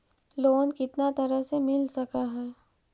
Loan कितना तरह से मिल सक है?